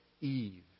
Eve